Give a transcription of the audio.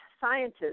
scientists